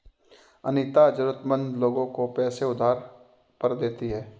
अनीता जरूरतमंद लोगों को पैसे उधार पर देती है